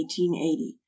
1880